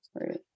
Right